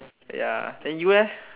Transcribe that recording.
ya then you eh